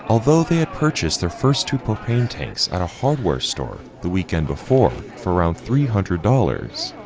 although they had purchased their first two propane tanks at a hardware store the weekend before for around three hundred dollars,